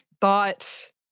thought